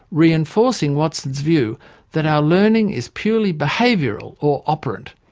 reinforcing watson's view that our learning is purely behavioural or operant,